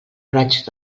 raig